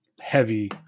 heavy